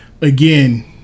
Again